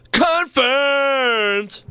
confirmed